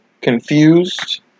confused